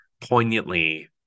poignantly